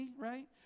right